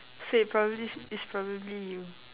so it probably it's probably you